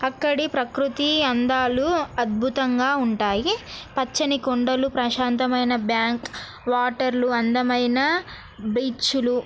అక్కడి ప్రకృతి అందాలు అద్భుతంగా ఉంటాయి పచ్చని కొండలు ప్రశాంతమైన బ్యాంక్ వాటర్లు అందమైన బీచ్లు